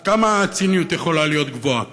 עד כמה הציניות יכולה להיות גבוהה?